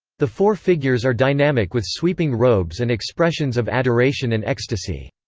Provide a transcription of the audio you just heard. the four figures are dynamic with sweeping robes and expressions of adoration and ecstasy.